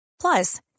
Plus